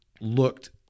looked